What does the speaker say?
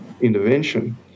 intervention